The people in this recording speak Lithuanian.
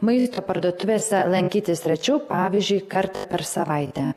maisto parduotuvėse lankytis rečiau pavyzdžiui kartą per savaitę